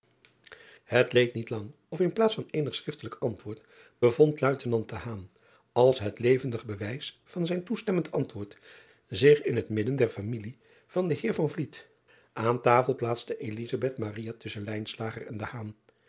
et leed niet lang of in plaats van eenig schriftelijk antwoord bevond de uitenant als het levendig bewijs van zijn toestemmend antwoord zich in het midden der familie van den eer an tasel plaatste tusschen en